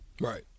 Right